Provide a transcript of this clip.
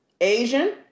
Asian